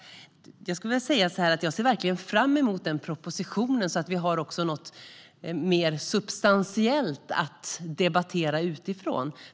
Jag ser verkligen fram emot propositionen så att vi har någonting mer substantiellt att debattera utifrån.